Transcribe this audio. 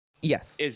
Yes